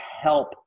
help